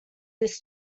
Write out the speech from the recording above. this